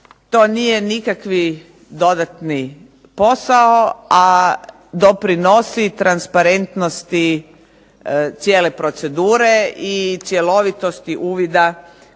to nije nikakvi dodatni posao, a doprinosi transparentnosti cijele procedure i cjelovitosti uvida